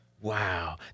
Wow